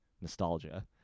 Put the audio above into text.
nostalgia